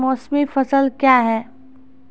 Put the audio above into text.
मौसमी फसल क्या हैं?